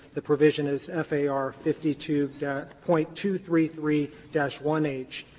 the provision is far fifty two point two three three one h,